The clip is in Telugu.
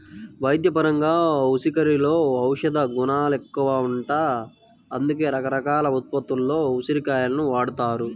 వైద్యపరంగా ఉసిరికలో ఔషధగుణాలెక్కువంట, అందుకే రకరకాల ఉత్పత్తుల్లో ఉసిరి కాయలను వాడతారు